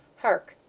hark!